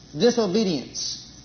disobedience